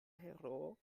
heroo